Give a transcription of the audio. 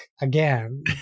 again